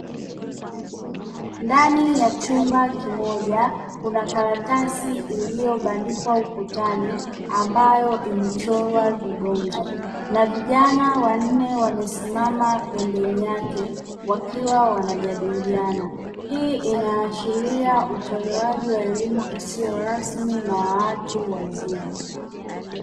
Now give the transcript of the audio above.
Ndani ya chumba kimoja kuna karatasi iliyobandikwa ukutani ambayo imechorwa vibonzo na vijana wanne wamesimama pembeni yake wakiwa wanajadiliana, hii inaashiria utolewaji wa elimu isiyorasmi na ya watu wazima.